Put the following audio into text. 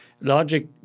logic